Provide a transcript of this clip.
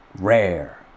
Rare